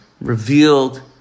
revealed